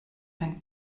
ein